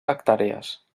hectàrees